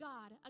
God